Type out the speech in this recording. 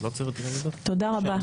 תודה רבה.